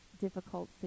difficult